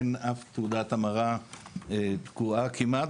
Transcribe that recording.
אין אף תעודת המרה תקועה כמעט,